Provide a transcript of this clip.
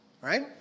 right